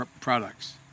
products